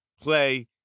play